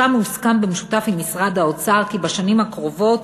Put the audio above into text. שם הוסכם במשותף עם משרד האוצר כי בשנים הקרובות